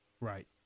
Right